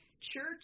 Church